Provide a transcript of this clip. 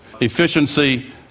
efficiency